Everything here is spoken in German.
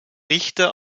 richter